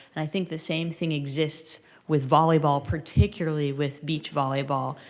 and i think the same thing exists with volleyball, particularly with beach volleyball.